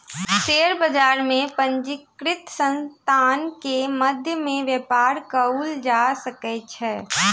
share बजार में पंजीकृत संतान के मध्य में व्यापार कयल जा सकै छै